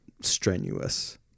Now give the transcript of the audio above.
strenuous